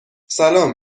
سلام